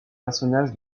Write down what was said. personnage